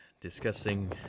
Discussing